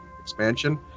expansion